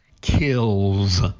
kills